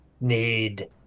need